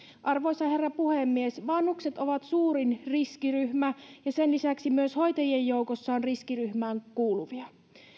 arvoisa herra puhemies vanhukset ovat suurin riskiryhmä ja sen lisäksi myös hoitajien joukossa on riskiryhmään kuuluvia